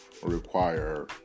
Require